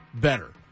better